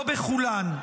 לא בכולן,